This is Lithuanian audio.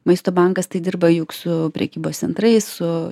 maisto bankas tai dirba juk su prekybos centrais su